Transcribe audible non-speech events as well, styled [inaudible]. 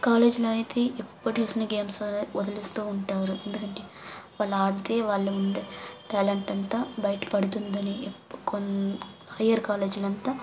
కాలేజ్లో అయితే ఎప్పుడు చూసినా గేమ్స్ [unintelligible] వదిలిస్తూ ఉంటారు ఎందుకంటే వాళ్ళు ఆడితే వాళ్ళు ఉండే ట్యాలెంట్ అంతా బయటపడుతుందని ఎప్ కొన్ హైయ్యర్ కాలేజ్లంతా